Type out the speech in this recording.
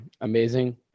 amazing